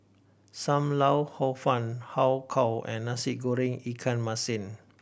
Sam Lau Hor Fun Har Kow and Nasi Goreng ikan masin